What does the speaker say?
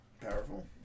powerful